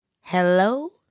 hello